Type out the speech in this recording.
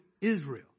Israel